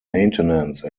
maintenance